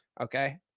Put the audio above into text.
Okay